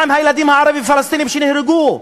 מה עם הילדים הערבים-פלסטינים שנהרגו?